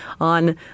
on